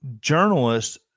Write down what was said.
journalists